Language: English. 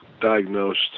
diagnosed